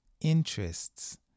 interests